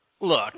Look